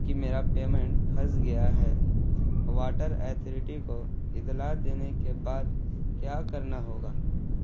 کہ میرا پیمنٹ پھنس گیا ہے واٹر ایتھریٹی کو اطلاع دینے کے بعد کیا کرنا ہوگا